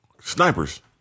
Snipers